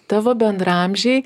tavo bendraamžiai